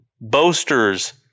boasters